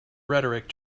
rhetoric